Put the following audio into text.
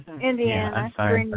Indiana